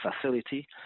facility